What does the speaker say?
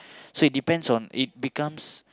so it depends on it becomes